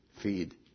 Feed